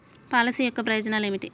Policy యొక్క ప్రయోజనాలు ఏమిటి?